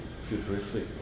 futuristic